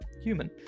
human